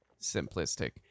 simplistic